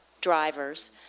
drivers